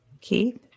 Keith